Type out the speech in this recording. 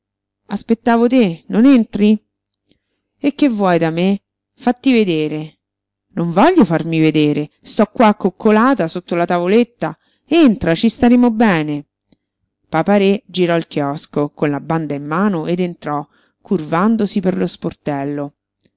aspettavo te non entri e che vuoi da me fatti vedere non voglio farmi vedere sto qua accoccolata sotto la tavoletta entra ci staremo bene papa-re girò il chiosco con la banda in mano ed entrò curvandosi per lo sportello